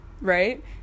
right